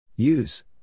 Use